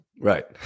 Right